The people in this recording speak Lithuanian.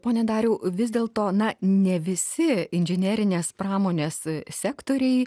pone dariau vis dėlto na ne visi inžinerinės pramonės sektoriai